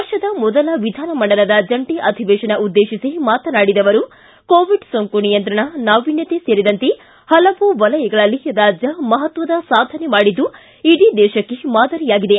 ವರ್ಷದ ಮೊದಲ ವಿಧಾನಮಂಡಲದ ಜಂಟಿ ಅಧೀವೇಶನ ಉದ್ದೇಶಿಸಿ ಮಾತನಾಡಿದ ಅವರು ಕೋವಿಡ್ ಸೋಂಕು ನಿಯಂತ್ರಣ ನಾವಿನ್ನತೆ ಸೇರಿದಂತೆ ಪಲವು ವಲಯಗಳಲ್ಲಿ ರಾಜ್ಯ ಮಹತ್ವದ ಸಾಧನೆ ಮಾಡಿದ್ದು ಇಡೀ ದೇಶಕ್ಷೆ ಮಾದರಿಯಾಗಿದೆ